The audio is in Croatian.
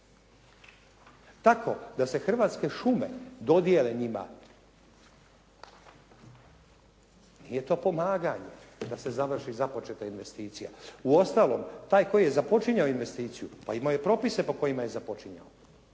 Tako da se Hrvatske šume dodijele njima. Nije to pomaganje da se završi započeta investicija. Uostalom, taj koji je započinjao investiciju pa imao je propise po kojima je započinjao.